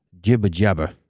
jibber-jabber